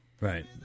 Right